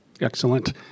Excellent